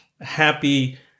happy